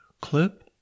clip